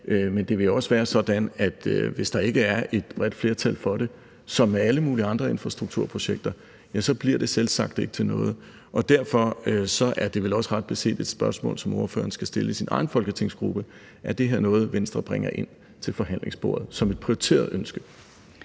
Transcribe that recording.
men det vil også være sådan, at hvis der ikke er et bredt flertal for det – som med alle mulige andre infrastrukturprojekter – bliver det selvsagt ikke til noget. Og derfor er det vel også ret beset et spørgsmål, som ordføreren skal stille i sin egen folketingsgruppe, altså om det her er noget, som Venstre bringer ind til forhandlingsbordet som et prioriteret ønske.